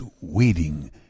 waiting